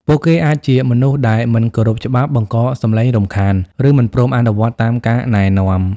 ពួកគេអាចជាមនុស្សដែលមិនគោរពច្បាប់ បង្កសំឡេងរំខាន ឬមិនព្រមអនុវត្តតាមការណែនាំ។